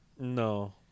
No